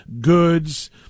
goods